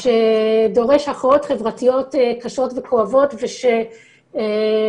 שדורש הכרעות חברתיות קשות וכואבות ושעלול